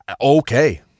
okay